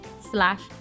slash